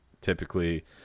typically